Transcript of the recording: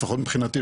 לפחות מבחינתי,